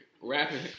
rapping